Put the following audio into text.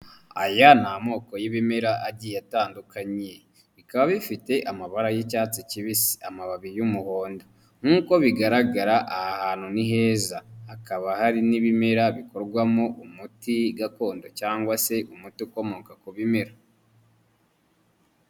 Aya ni amoko y'ibimera agiye atandukanye bikaba bifite amabara y'icyatsi kibisi, amababi y'umuhondo nk'uko bigaragara aha hantu ni heza, hakaba hari n'ibimera bikorwamo umuti gakondo cyangwa se umuti ukomoka ku bimera.